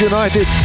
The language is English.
United